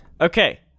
Okay